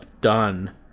done